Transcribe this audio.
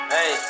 Hey